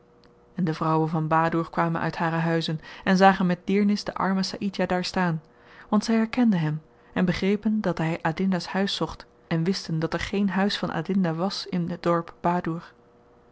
en de vrouwen van badoer kwamen uit hare huizen en zagen met deernis den armen saïdjah daar staan want zy herkenden hem en begrepen dat hy adinda's huis zocht en wisten dat er geen huis van adinda was in het dorp